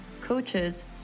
coaches